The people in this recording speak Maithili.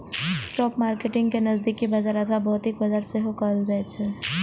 स्पॉट मार्केट कें नकदी बाजार अथवा भौतिक बाजार सेहो कहल जाइ छै